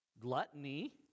gluttony